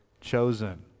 chosen